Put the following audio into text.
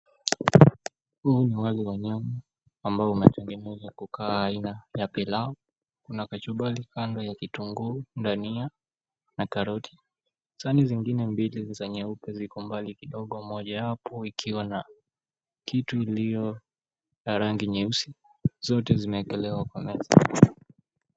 Huu ni wali wa nyama ambao umeweza kukaa aina ya pilau na kachumbari, kitunguu, dania na karoti. Sahani zingine mbili za nyeupe ziko mbali kidogo. Mojawapo ikiwa na kitu iliyo ya rangi nyeusi zote zimewekelewa kwa meza.